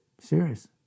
Serious